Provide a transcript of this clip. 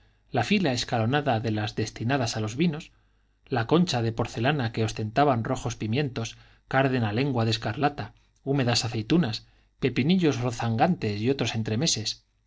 la fila escalonada de las destinadas a los vinos las conchas de porcelana que ostentaban rojos pimientos cárdena lengua de escarlata húmedas aceitunas pepinillos rozagantes y otros